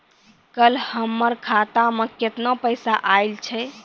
कल हमर खाता मैं केतना पैसा आइल छै?